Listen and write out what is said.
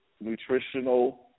nutritional